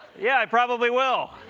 yeah, i probably will.